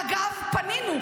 ואגב, פנינו.